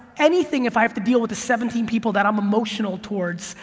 anything if i have to deal with seventeen people that i'm emotional towards,